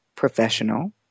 Professional